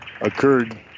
occurred